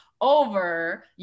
over